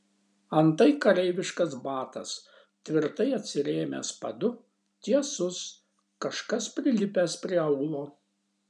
antai kareiviškas batas tvirtai atsirėmęs padu tiesus kažkas prilipęs prie aulo